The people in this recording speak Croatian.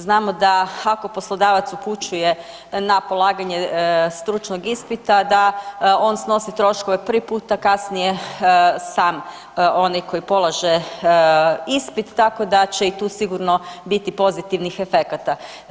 Znamo da ako poslodavac upućuje na polaganje stručnog ispita da on snosi troškove prvi puta, kasnije sam onaj koji polaže ispit tako da će i tu sigurno biti pozitivnih efekata.